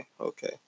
okay